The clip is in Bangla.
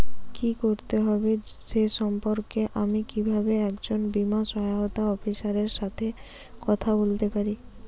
কী করতে হবে সে সম্পর্কে আমি কীভাবে একজন বীমা সহায়তা অফিসারের সাথে কথা বলতে পারি?